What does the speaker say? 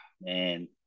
man